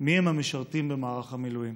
מיהם המשרתים במערך המילואים.